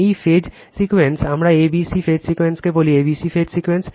এই phase sequence আমরা a b c phase সিকোয়েন্সকে বলি a b c phase sequence